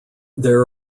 there